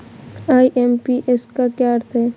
IMPS का क्या अर्थ है?